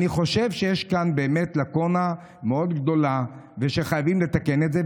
אני חושב שיש כאן באמת לקונה מאוד גדולה ושחייבים לתקן את זה.